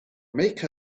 make